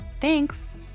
Thanks